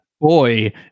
Boy